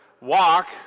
Walk